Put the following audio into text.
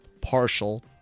partial